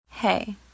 Hey